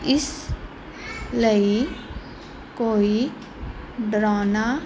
ਇਸ ਲਈ ਕੋਈ ਡਰਾਉਣਾ